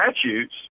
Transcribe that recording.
statutes